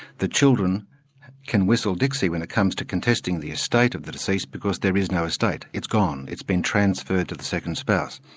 the children can whistle dixie when it comes to contesting the estate of the deceased because there is no estate. it's gone. it's been transferred to the second spouse.